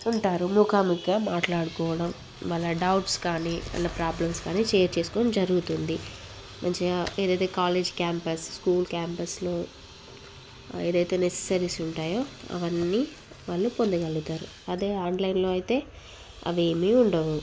ఉంటారు ముఖాముఖిగా మాట్లాడుకోవడం వాళ్ళ డౌట్స్ కానీ వాళ్ళ ప్రాబ్లమ్స్ కానీ షేర్ చేసుకోవడం జరుగుతుంది మంచిగా ఏదైతే కాలేజ్ క్యాంపస్ స్కూల్ క్యాంపస్లో ఏదైతే నెససరీస్ ఉంటాయో అవన్నీ వాళ్లు పొందగలుగుతరు అదే ఆన్లైన్లో అయితే అవి ఏమి ఉండవు